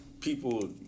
people